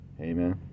amen